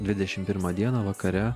dvidešim pirmą dieną vakare